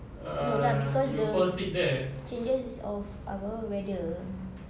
no lah because the changes is of our weather